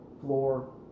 floor